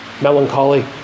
Melancholy